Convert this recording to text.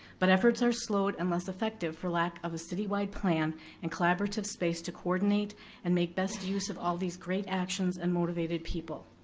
but efforts are slow and less effective for lack of a city-wide plan and collaborative space to coordinate and make best use of all these great actions and motivated people.